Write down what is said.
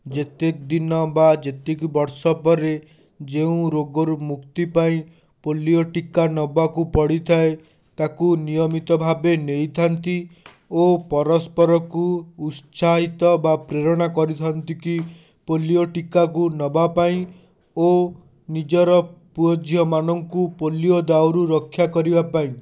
ଯେତେଦିନ ବା ଯେତିକି ବର୍ଷ ପରେ ଯେଉଁ ରୋଗରୁ ମୁକ୍ତି ପାଇଁ ପୋଲିଓ ଟୀକା ନେବାକୁ ପଡ଼ିଥାଏ ତାକୁ ନିୟମିତ ଭାବେ ନେଇଥାନ୍ତି ଓ ପରସ୍ପରକୁ ଉତ୍ସାହିତ କରିଥାନ୍ତି ବା ପ୍ରେରଣା କରିଥାନ୍ତି କି ପୋଲିଓ ଟୀକାକୁ ନେବା ପାଇଁ ଓ ନିଜର ପୁଅ ଝିଅମାନଙ୍କୁ ପୋଲିଓ ଦାଉରୁ ରକ୍ଷା କରିବା ପାଇଁ